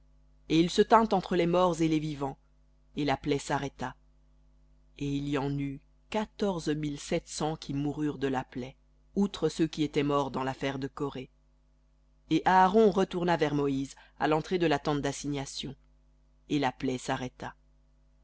et il se tint entre les morts et les vivants et la plaie sarrêta et il y en eut quatorze mille sept cents qui moururent de la plaie outre ceux qui étaient morts dans l'affaire de coré et aaron retourna vers moïse à l'entrée de la tente d'assignation et la plaie s'arrêta